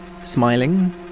smiling